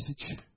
message